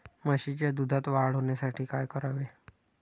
म्हशीच्या दुधात वाढ होण्यासाठी काय करावे?